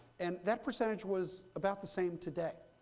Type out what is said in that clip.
and that percentage was about the same today.